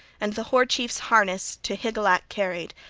and the hoar-chief's harness to hygelac carried,